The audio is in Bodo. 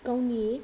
गावनि